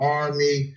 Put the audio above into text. army